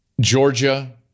Georgia